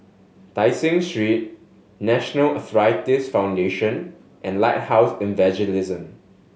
Tai Seng Street National Arthritis Foundation and Lighthouse Evangelism